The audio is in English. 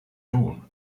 dawn